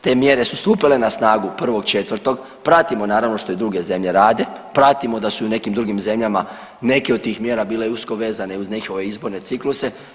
Te mjere su stupile na snagu 1.4. pratimo naravno što i druge zemlje rade, pratimo da su i u nekim drugim zemljama neke od tih mjera bile i usko vezane uz njihove izborne cikluse.